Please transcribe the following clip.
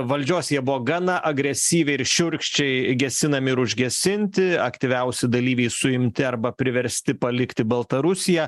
valdžios jie buvo gana agresyviai ir šiurkščiai gesinami ir užgesinti aktyviausi dalyviai suimti arba priversti palikti baltarusiją